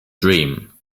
dream